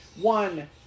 one